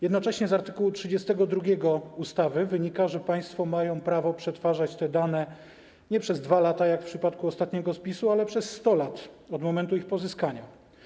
Jednocześnie z art. 32 ustawy wynika, że państwo mają prawo przetwarzać te dane nie przez 2 lata, jak w przypadku ostatniego spisu, ale przez 100 lat od momentu ich pozyskania.